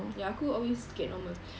ya aku always get normal